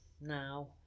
now